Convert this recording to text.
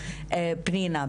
פנינה,